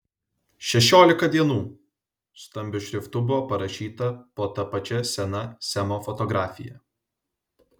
šešiolika dienų stambiu šriftu buvo parašyta po ta pačia sena semo fotografija